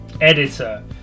editor